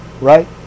right